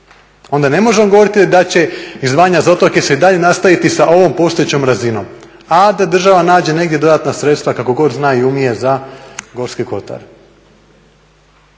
Onda ne možemo govoriti da će izdvajanje za otoke se i dalje nastaviti sa ovom postojećom razinom, a da država nađe negdje dodatna sredstva kako god zna i umije za Gorski kotar,